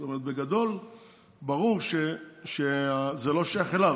זאת אומרת, בגדול ברור שזה זה לא שייך אליו.